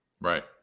Right